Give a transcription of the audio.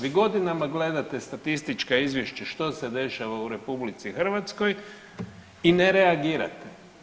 Vi godinama gledate statistička izvješća što se dešava u RH i ne reagirate.